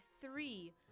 three